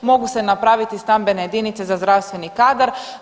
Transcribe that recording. Mogu se napraviti stambene jedinice za zdravstveni kadar.